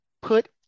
put